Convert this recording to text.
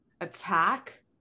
attack